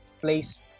place